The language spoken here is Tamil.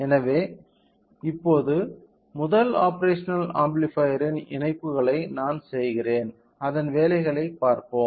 எனவே இப்போது முதல் ஆப்பேரஷனல் ஆம்பிளிபையர்யின் இணைப்புகளை நான் செய்கிறேன் அதன் வேலைகளைப் பார்ப்போம்